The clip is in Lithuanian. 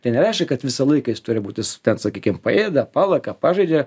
tai nereiškia kad visą laiką jis turi būti su ten sakykim paėda palaka pažaidžia